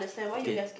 okay